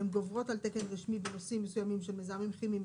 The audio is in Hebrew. גוברות על תקן רשמי בנושאים מסוימים של מזהמים כימיים,